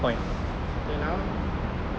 then how